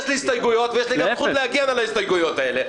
יש לי הסתייגויות ויש גם זכות להגן על ההסתייגויות האלה.